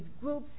groups